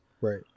Right